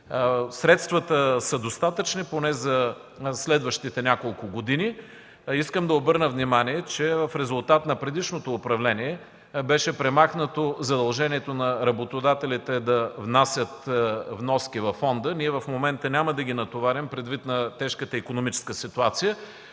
Средствата са достатъчни – поне за следващите няколко години. Искам да обърна внимание, че в резултат на предишното управление беше премахнато задължението на работодателите да внасят вноски във фонда. В момента няма да ги натоварим, предвид тежката икономическа ситуация,